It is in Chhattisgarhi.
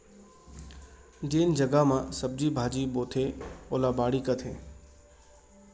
जेन जघा म सब्जी भाजी बोथें ओला बाड़ी कथें